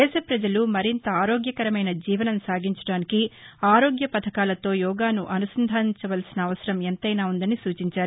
దేశ పజలు మరింత ఆరోగ్యకరమైన జీవసం సాగించడానికి ఆరోగ్య పథకాలతో యోగాను అనుసంధానించవలసిన అవసరం ఎంతైనా వుందని సూచించారు